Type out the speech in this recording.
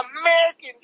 American